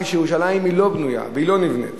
כשירושלים היא לא בנויה והיא לא נבנית.